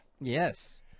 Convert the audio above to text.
yes